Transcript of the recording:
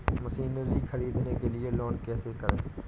Machinery ख़रीदने के लिए लोन कैसे करें?